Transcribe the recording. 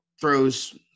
throws